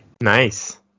Nice